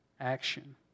action